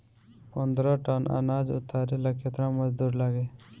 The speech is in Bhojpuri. पन्द्रह टन अनाज उतारे ला केतना मजदूर लागी?